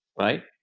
right